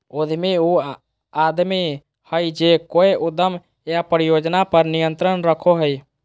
उद्यमी उ आदमी हइ जे कोय उद्यम या परियोजना पर नियंत्रण रखो हइ